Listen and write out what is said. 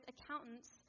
accountants